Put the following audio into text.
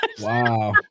Wow